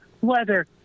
weather